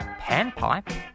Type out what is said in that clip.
panpipe